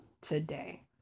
today